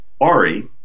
Ari